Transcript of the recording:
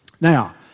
Now